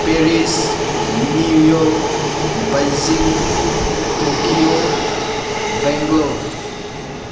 Paris New York Beijing Tokyo Bangalore